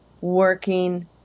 working